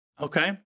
Okay